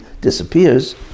disappears